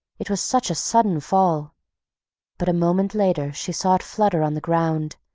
it was such a sudden fall but a moment later she saw it flutter on the ground,